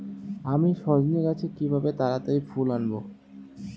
আমি সজনে গাছে কিভাবে তাড়াতাড়ি ফুল আনব?